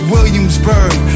Williamsburg